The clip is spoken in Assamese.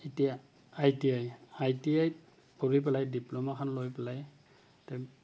এতিয়া I T I I T আইত পঢ়ি পেলাই ডিপ্ল'মাখন লৈ পেলাই